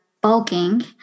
bulking